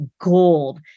gold